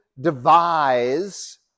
devise